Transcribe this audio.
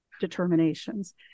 determinations